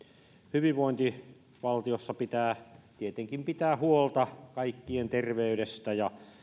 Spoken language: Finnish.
hyvinvointivaltiossa pitää tietenkin pitää huolta kaikkien terveydestä ja